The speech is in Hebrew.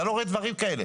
אתה לא רואה דברים כאלה.